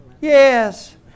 Yes